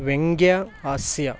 ವ್ಯಂಗ್ಯ ಹಾಸ್ಯ